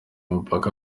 mupaka